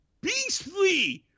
beastly